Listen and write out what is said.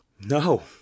No